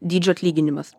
dydžio atlyginimas